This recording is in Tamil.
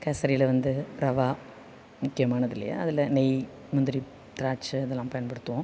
கேசரியில் வந்து ரவா முக்கியமானது இல்லையா அதில் நெய் முந்திரி திராட்சை அதல்லாம் பயன்படுத்துவோம்